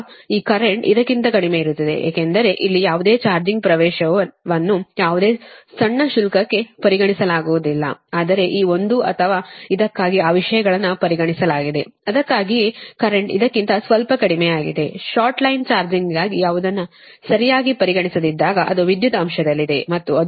ಆದ್ದರಿಂದ ಈ ಕರೆಂಟ್ ಇದಕ್ಕಿಂತ ಕಡಿಮೆಯಿರುತ್ತದೆ ಏಕೆಂದರೆ ಇಲ್ಲಿ ಯಾವುದೇ ಚಾರ್ಜಿಂಗ್ ಪ್ರವೇಶವನ್ನು ಯಾವುದೇ ಸಣ್ಣ ಶುಲ್ಕಕ್ಕೆ ಪರಿಗಣಿಸಲಾಗುವುದಿಲ್ಲ ಆದರೆ ಈ ಒಂದು ಅಥವಾ ಇದಕ್ಕಾಗಿ ಆ ವಿಷಯಗಳನ್ನು ಪರಿಗಣಿಸಲಾಗಿದೆ ಅದಕ್ಕಾಗಿಯೇ ಕರೆಂಟ್ ಇದಕ್ಕಿಂತ ಸ್ವಲ್ಪ ಕಡಿಮೆಯಾಗಿದೆ ಶಾರ್ಟ್ ಲೈನ್ ಚಾರ್ಜಿಂಗ್ಗಾಗಿ ಯಾವುದನ್ನೂ ಸರಿಯಾಗಿ ಪರಿಗಣಿಸದಿದ್ದಾಗ ಅದು ವಿದ್ಯುತ್ ಅಂಶದಲ್ಲಿದೆ ಮತ್ತು ಅದು 0